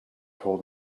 told